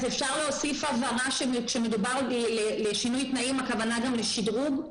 אז אפשר להוסיף הבהרה שכשמדובר על שינוי תנאים הכוונה גם לשדרוג?